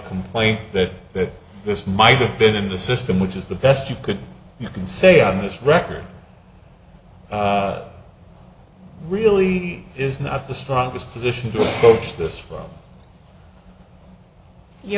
complaint that that this might have been in the system which is the best you could you can say on this record really is not the strongest position coach this for you